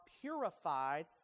purified